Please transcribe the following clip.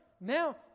Now